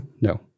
no